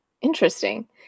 Interesting